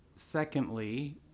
Secondly